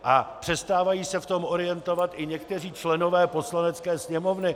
A přestávají se v tom orientovat i někteří členové Poslanecké sněmovny.